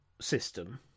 system